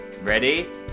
Ready